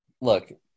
Look